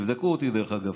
תבדקו אותי, דרך אגב.